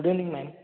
good evening ma'am